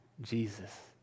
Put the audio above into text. Jesus